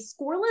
scoreless